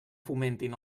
fomentin